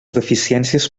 deficiències